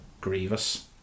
Grievous